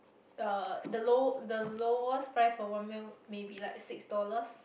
the the low~ the lowest price for one meal may be like six dollars